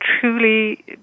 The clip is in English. truly